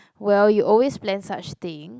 well you always plan such thing